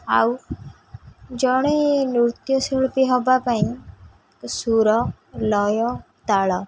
ଆଉ ଜଣେ ନୃତ୍ୟଶିଳ୍ପୀ ହବା ପାଇଁ ସୁର ଲୟ ତାଳ